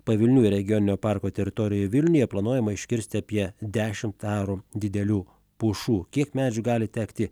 pavilnių regioninio parko teritorijoje vilniuje planuojama iškirsti apie dešimt arų didelių pušų kiek medžių gali tekti